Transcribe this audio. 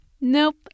Nope